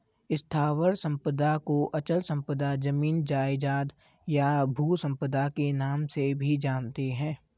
स्थावर संपदा को अचल संपदा, जमीन जायजाद, या भू संपदा के नाम से भी जानते हैं